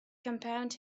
compound